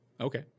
Okay